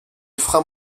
frein